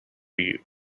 you